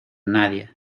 nadie